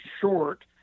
short